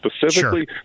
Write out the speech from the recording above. specifically